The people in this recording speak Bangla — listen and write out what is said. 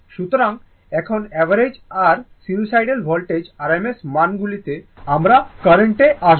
সুতরাং এখন অ্যাভারেজ আর সিনুসোইডাল ভোল্টেজের RMS মানগুলিতে বা কার্রেন্টে আসুন